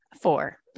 Four